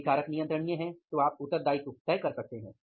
यदि कारक नियंत्रणीय हैं तो आप उत्तरदायित्व तय कर सकते हैं